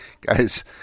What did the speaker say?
guys